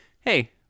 hey